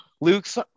Luke's